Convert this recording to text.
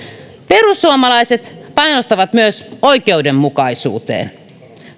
perussuomalaiset panostavat myös oikeudenmukaisuuteen